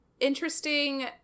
interesting